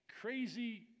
crazy